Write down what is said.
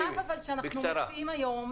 הצו שאנחנו מביאים היום,